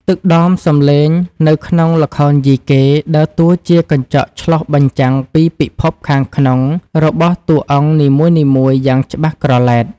ទឹកដមសំឡេងនៅក្នុងល្ខោនយីកេ ដើរតួជាកញ្ចក់ឆ្លុះបញ្ចាំងពីពិភពខាងក្នុងរបស់តួអង្គនីមួយៗយ៉ាងច្បាស់ក្រឡែត។